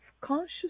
conscious